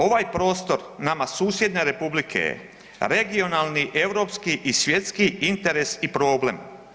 Ovaj prostor nama susjedne republike je regionalni, europski i svjetski interes i problem.